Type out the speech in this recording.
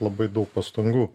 labai daug pastangų